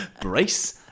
Brace